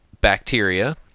bacteria